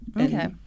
Okay